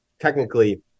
technically